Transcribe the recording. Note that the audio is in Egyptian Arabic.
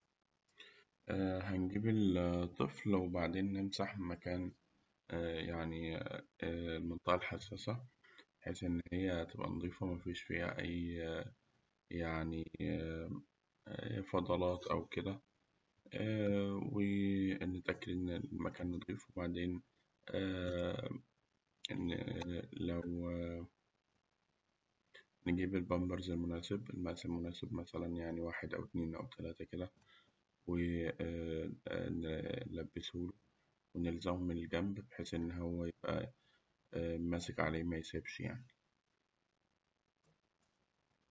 هنجيب الطفل وبعدين يعني هنمسح مكان المنطقة الحساسة بحيث إن هي تبقى نضيفى مفيش فيها أي يعني فضلات أو كده ونتأكد إن المكان نضيف و ن- لو نجيب البامبرز المناسب المقاس المناسب مثلاً واحد أو اتنين أو تلاتة كده، ون- لبسه، ونلزقه من الجنب بحيث إن هو يبقى ماسك عليه ميسيبش يعني.